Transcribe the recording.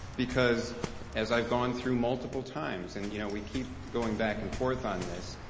because as i've gone through multiple times, and you know we keep going back and forth on this,